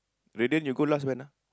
Radiant you go last when ah